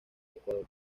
ecuador